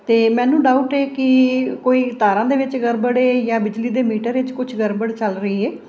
ਅਤੇ ਮੈਨੂੰ ਡਾਊਟ ਏ ਕਿ ਕੋਈ ਤਾਰਾਂ ਦੇ ਵਿੱਚ ਗੜਬੜ ਜਾਂ ਬਿਜਲੀ ਦੇ ਮੀਟਰ ਵਿੱਚ ਕੁਛ ਗੜਬੜ ਚੱਲ ਰਹੀ ਏ